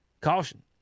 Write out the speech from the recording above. caution